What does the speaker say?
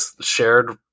shared